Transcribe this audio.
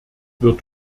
wird